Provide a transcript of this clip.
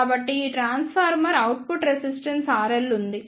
కాబట్టి ఈ transformer output resistance RL ఉంది